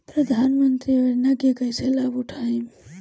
प्रधानमंत्री योजना के कईसे लाभ उठाईम?